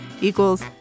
equals